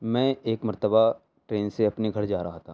میں ایک مرتبہ ٹرین سے اپنے گھر جا رہا تھا